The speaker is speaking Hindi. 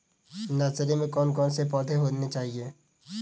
नर्सरी में कौन कौन से पौधे होने चाहिए?